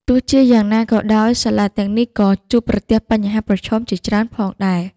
ទោះជាយ៉ាងណាក៏ដោយ សាលាទាំងនេះក៏ជួបប្រទះបញ្ហាប្រឈមជាច្រើនផងដែរ។